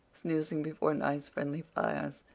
snoozing before nice, friendly fires,